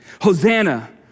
Hosanna